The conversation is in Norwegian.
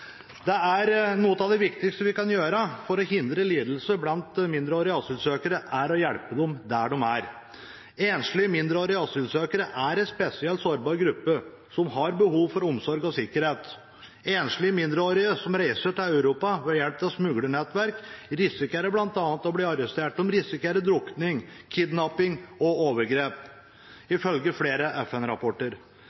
Noe av det viktigste vi kan gjøre for å hindre lidelse blant mindreårige asylsøkere, er å hjelpe dem der de er. Enslige mindreårige asylsøkere er en spesielt sårbar gruppe som har behov for omsorg og sikkerhet. Enslige mindreårige som reiser til Europa ved hjelp av smuglernettverk, risikerer bl.a. å bli arrestert, de risikerer drukning, kidnapping og overgrep,